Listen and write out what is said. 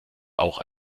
auch